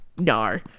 No